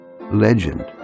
legend